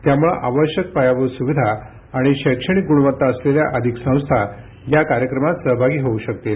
त्यामुळे आवश्यक पायाभूत सुविधा आणि शैक्षणिक गुणवत्ता असलेल्या अधिक संस्था या कार्यक्रमात सहभागी होऊ शकतील